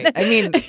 i mean,